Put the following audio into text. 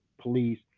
police